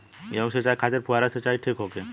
गेहूँ के सिंचाई खातिर फुहारा सिंचाई ठीक होखि?